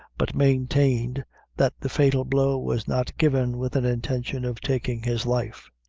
but maintained that the fatal blow was not given with an intention of taking his life.